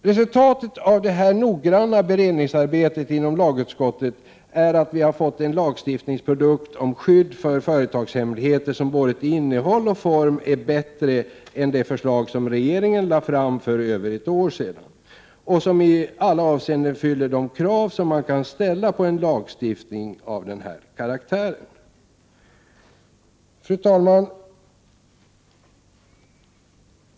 Resultatet av detta noggranna beredningsarbete inom lagutskottet är att vi har fått en lagstiftningsprodukt om skydd för företagshemligheter som till både innehåll och form är bättre än det förslag regeringen lade fram för över ett år sedan och som i alla avseenden uppfyller de krav som kan ställas på en lagstiftning av den här karaktären. Fru talman!